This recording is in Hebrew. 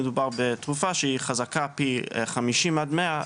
מדובר בתרופה שהיא חזקה פי חמישים עד מאה,